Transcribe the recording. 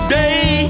day